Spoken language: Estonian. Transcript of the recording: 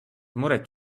muret